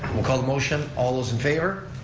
we'll call the motion, all those in favor?